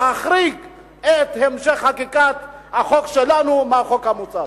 להחריג את המשך חקיקת החוק שלנו מהחוק המוצע.